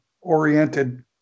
oriented